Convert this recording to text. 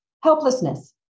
helplessness